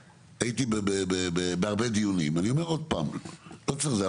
הייתי בהרבה דיונים, אני אומר עוד פעם לא צריך זה.